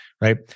Right